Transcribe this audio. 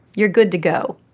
you're good to go.